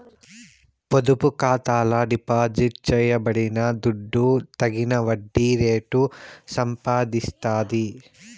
పొదుపు ఖాతాల డిపాజిట్ చేయబడిన దుడ్డు తగిన వడ్డీ రేటు సంపాదిస్తాది